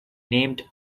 named